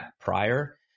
prior